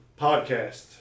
podcast